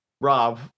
Rob